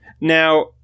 Now